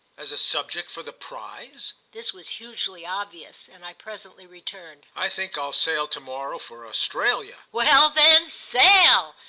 as a subject for the prize? this was hugely obvious, and i presently returned i think i'll sail to-morrow for australia. well then sail!